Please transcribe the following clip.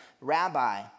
Rabbi